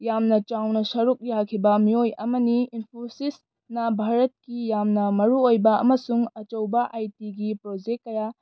ꯌꯥꯝꯅ ꯆꯥꯎꯅ ꯁꯔꯨꯛ ꯌꯥꯈꯤꯕ ꯃꯤꯑꯣꯏ ꯑꯃꯅꯤ ꯏꯟꯐꯣꯁꯤꯁꯅ ꯚꯥꯔꯠꯀꯤ ꯌꯥꯝꯅ ꯃꯔꯨ ꯑꯣꯏꯕ ꯑꯃꯁꯨꯡ ꯑꯆꯧꯕ ꯑꯥꯏꯇꯤꯒꯤ ꯄ꯭ꯔꯣꯖꯦꯛ ꯀꯌꯥ